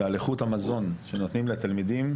שעל איכות המזון שנותנים לתלמידים,